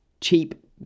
cheap